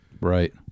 Right